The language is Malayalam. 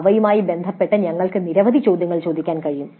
അവയുമായി ബന്ധപ്പെട്ട് ഞങ്ങൾക്ക് നിരവധി ചോദ്യങ്ങൾ ചോദിക്കാൻ കഴിയും